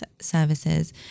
services